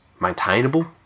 maintainable